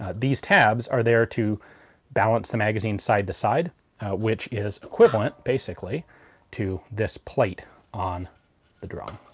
ah these tabs are there to balance the magazine side-to-side which is equivalent basically to this plate on the drum.